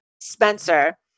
Spencer